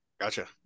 gotcha